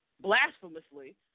blasphemously